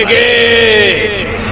a